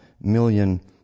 million